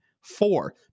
Four